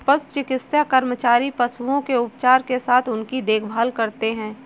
पशु चिकित्सा कर्मचारी पशुओं के उपचार के साथ उनकी देखभाल करते हैं